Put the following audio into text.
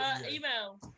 Email